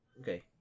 Okay